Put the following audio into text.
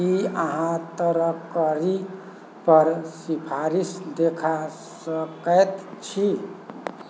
की अहाँ तरकारीपर सिफारिश देखा सकैत छी